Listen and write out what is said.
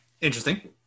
interesting